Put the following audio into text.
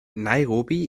nairobi